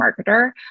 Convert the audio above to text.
marketer